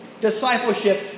Discipleship